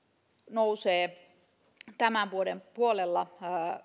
nousee tämän vuoden puolella